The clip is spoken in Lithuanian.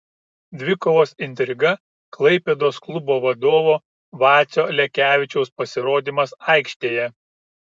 dvikovos intriga klaipėdos klubo vadovo vacio lekevičiaus pasirodymas aikštėje